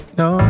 no